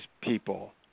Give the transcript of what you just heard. people